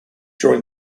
during